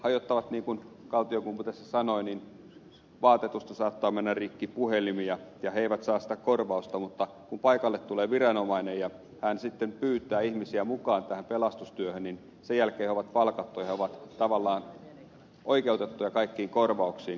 kaltiokumpu tässä sanoi vaatetusta saattaa mennä rikki puhelimia ja he eivät saa sitä korvausta mutta kun paikalle tulee viranomainen ja hän sitten pyytää ihmisiä mukaan tähän pelastustyöhön niin sen jälkeen he ovat palkattuja ja he ovat tavallaan oikeutettuja kaikkiin korvauksiin